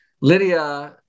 Lydia